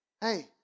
Hey